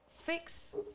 fix